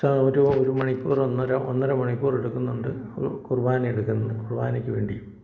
ഉത്സാഹം ഒരു ഒരു മണിക്കൂറ് ഒന്നര ഒന്നര മണിക്കൂറ് എടുക്കുന്നുണ്ട് ഒരു കുർബാന എടുക്കുന്ന കുർബാനയ്ക്ക് വേണ്ടി